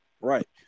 Right